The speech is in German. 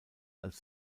als